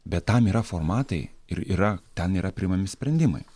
bet tam yra formatai ir yra ten yra priimami sprendimai